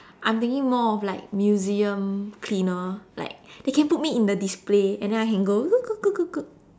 I'm thinking more of like museum cleaner like they can put me in the display and then I can go